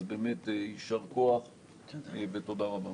אז באמת, יישר כוח ותודה רבה.